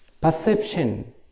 perception